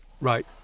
right